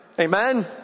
Amen